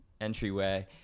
entryway